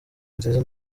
nziza